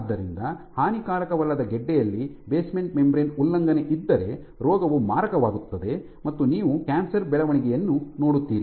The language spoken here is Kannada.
ಆದ್ದರಿಂದ ಹಾನಿಕರವಲ್ಲದ ಗೆಡ್ಡೆಯಲ್ಲಿ ಬೇಸ್ಮೆಂಟ್ ಮೆಂಬ್ರೇನ್ ಉಲ್ಲಂಘನೆಯಿದ್ದರೆ ರೋಗವು ಮಾರಕವಾಗುತ್ತದೆ ಮತ್ತು ನೀವು ಕ್ಯಾನ್ಸರ್ ಬೆಳವಣಿಗೆಯನ್ನು ನೋಡುತ್ತೀರಿ